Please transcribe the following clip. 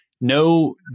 No